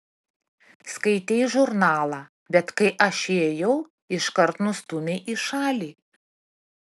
skaitei žurnalą bet kai aš įėjau iškart nustūmei į šalį